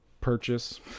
Purchase